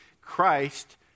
Christ